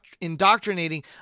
indoctrinating